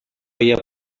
ella